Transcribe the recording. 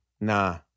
Nah